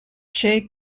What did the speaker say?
che